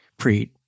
Preet